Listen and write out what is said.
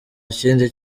kindi